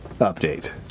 update